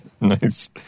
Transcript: Nice